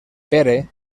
pere